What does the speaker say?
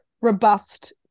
robust